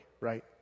right